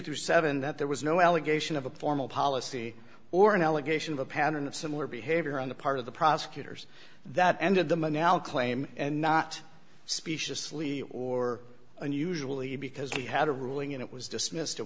through seven that there was no allegation of a formal policy or an allegation of a pattern of similar behavior on the part of the prosecutors that ended the man now claim and not speciously or unusually because he had a ruling and it was dismissed it